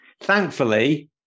Thankfully